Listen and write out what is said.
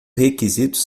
requisitos